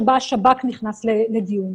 שבה השב"כ נכנס לדיון.